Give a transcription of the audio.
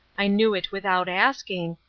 i knew it without asking,